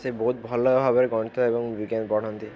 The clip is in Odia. ସେ ବହୁତ ଭଲ ଭାବରେ ଗଣିତ ଏବଂ ବିଜ୍ଞାନ ପଢ଼ାନ୍ତି